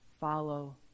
Follow